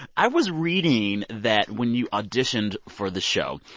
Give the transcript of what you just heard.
i was reading that when you auditioned for the show,